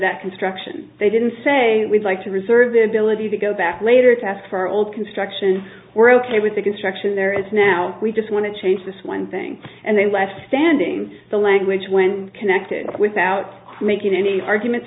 that construction they didn't say we'd like to reserve the ability to go back later to ask for our old construction we're ok with the construction there is now we just want to change this one thing and then left standing the language when connected without making any arguments